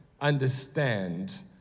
understand